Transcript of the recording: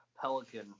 pelican